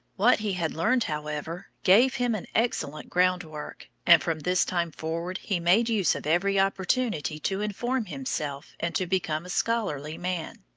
what he had learned, however, gave him an excellent groundwork, and from this time forward he made use of every opportunity to inform himself and to become a scholarly man.